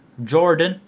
jordan,